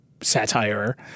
satire